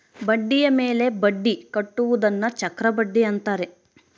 ಬಡ್ಡಿಯ ಮೇಲೆ ಬಡ್ಡಿ ಕಟ್ಟುವುದನ್ನ ಚಕ್ರಬಡ್ಡಿ ಅಂತಾರೆ